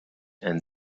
and